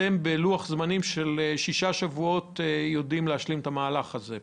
שבלוח זמנים של שישה שבועות תוכלו להשלים את המהלך הזה?